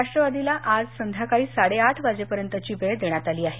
राष्ट्रवादीला आज संध्याकाळी साडे आठ वाजे पर्यंतची वेळ देण्यात आली आहे